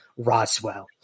roswell